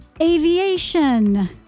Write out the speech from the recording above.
aviation